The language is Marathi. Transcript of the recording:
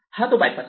हा तो बायपास आहे